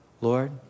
Lord